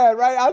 yeah right. um